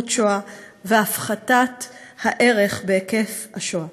עיוות השואה והפחתת ערך והיקף השואה.